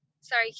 sorry